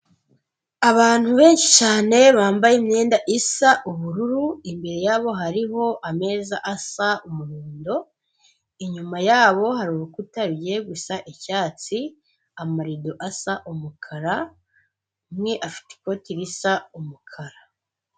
Abantu benshi cyane bambaye imyenda isa ubururu imbere yabo hariho ameza asa umuhondo, inyuma yabo hari urukuta rugiye gusa icyatsi, amarido asa umukara, umwe afite ikoti risa umukara.